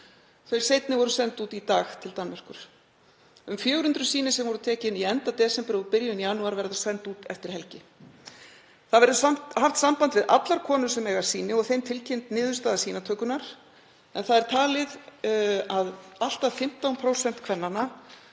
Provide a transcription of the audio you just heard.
Þau seinni voru send út í dag til Danmerkur. Um 400 sýni sem voru tekin í lok desember og í byrjun janúar verða send út eftir helgi. Það verður haft samband við allar konur sem eiga sýni og þeim tilkynnt niðurstaða sýnatökunnar en það er talið að allt að 15% kvennanna